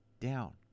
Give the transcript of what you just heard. down